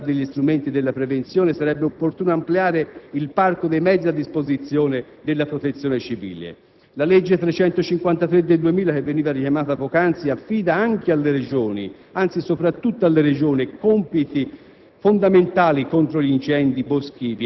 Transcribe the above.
Data la situazione che si ripete annualmente, al di là degli strumenti della prevenzione, sarebbe opportuno ampliare il parco dei mezzi a disposizione della Protezione civile. La legge n. 353 del 2000, richiamata poc'anzi, affida anche alle Regioni, anzi soprattutto alle Regioni, compiti